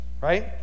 right